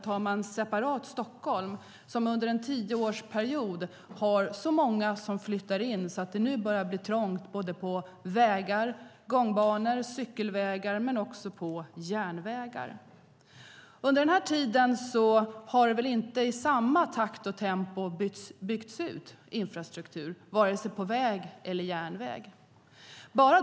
Tar man Stockholm separat kan man konstatera att det är så många som flyttar in under en tioårsperiod att det nu börjar bli trångt på vägar, gångbanor och cykelvägar, men också på järnvägar. Under den här tiden har väl inte infrastrukturen byggts ut i samma takt vare sig på väg eller på järnväg.